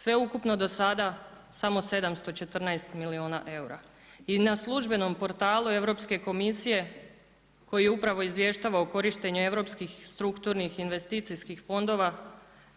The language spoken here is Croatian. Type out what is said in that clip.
Sveukupno do sada samo 714 milijuna eura i na službenom portalu Europske komisije, koji upravo izvještava o korištenju europskih strukturnih investicijskih fondova,